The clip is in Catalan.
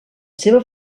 seva